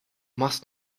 must